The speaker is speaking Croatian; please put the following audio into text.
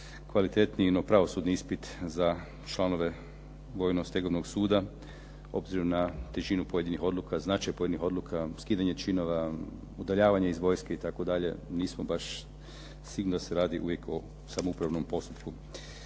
kvalitetniji no pravosudni ispit za članove vojno-stegovnog suda obzirom na težinu pojedinih odluka, značaj pojedinih odluka, skidanje činova, udaljavanje iz vojske itd., nismo baš sigurni da se radi uvijek o samoupravnom postupku.